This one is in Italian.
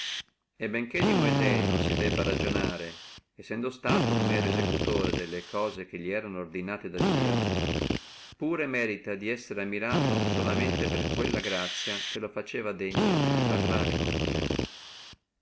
e benché di moisè non si debba ragionare sendo suto uno mero esecutore delle cose che li erano ordinate da dio tamen debbe essere ammirato solum per quella grazia che lo faceva degno di parlare con dio